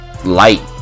light